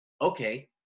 okay